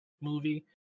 movie